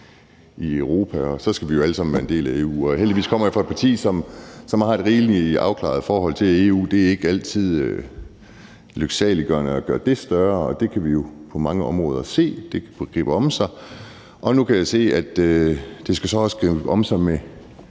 i Europa, og så skal vi alle sammen være en del af EU. Heldigvis kommer jeg fra et parti, som er rimelig afklaret, i forhold til at det ikke altid er lyksaligt at gøre EU større. Og vi kan på mange områder se at det griber om sig, og nu kan vi se, at det også skal gribe om sig i